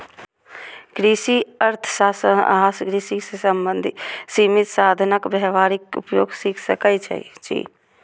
कृषि अर्थशास्त्र सं अहां कृषि मे सीमित साधनक व्यावहारिक उपयोग सीख सकै छी